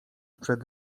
przed